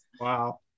Wow